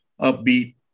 upbeat